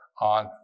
on